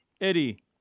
Eddie